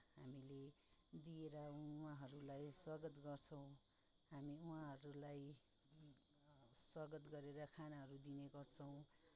हामीले दिएर उहाँहरूलाई स्वागत गर्छौँ हामी उहाँहरूलाई स्वागत गरेर खानाहरू दिने गर्छौँ